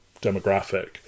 demographic